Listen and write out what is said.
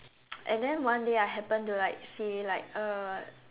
and then one day I happen to like see like uh